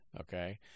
okay